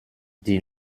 die